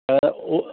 हा उहो